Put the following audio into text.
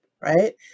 Right